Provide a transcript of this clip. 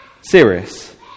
Serious